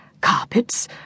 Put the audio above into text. Carpets